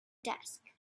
desk